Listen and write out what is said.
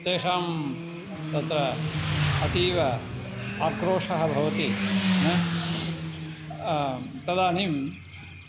तेषां तत्र अतीव आक्रोषः भवति तदानीं